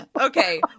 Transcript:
Okay